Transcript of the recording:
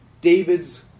David's